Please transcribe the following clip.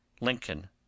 Lincoln